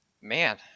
Man